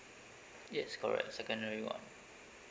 yes correct secondary one